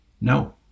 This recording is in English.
no